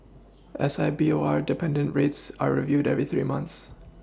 S I B O R dependent rates are reviewed every three months